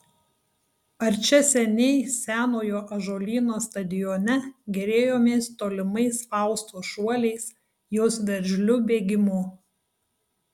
ar čia seniai senojo ąžuolyno stadione gėrėjomės tolimais faustos šuoliais jos veržliu bėgimu